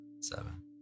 seven